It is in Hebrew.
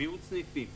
מיעוט סניפים,